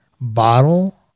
bottle